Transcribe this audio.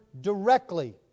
directly